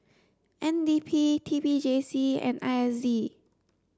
N D P T P J C and I S D